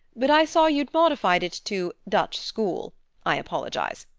but i saw you'd modified it to dutch school i apologize.